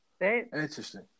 Interesting